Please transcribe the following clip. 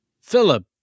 Philip